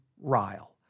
Ryle